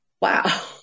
wow